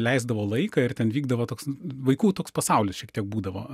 leisdavo laiką ir ten vykdavo toks vaikų toks pasaulis šiek tiek būdavo